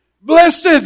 blessed